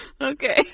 Okay